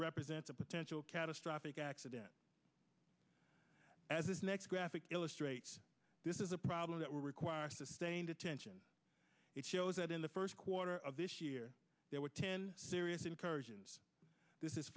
represents a potential catastrophic accident as this next graphic illustrates this is a problem that will require sustained attention it shows that in the first quarter of this year there were ten serious incursions this is